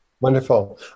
Wonderful